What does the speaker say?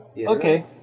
Okay